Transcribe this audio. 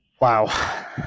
Wow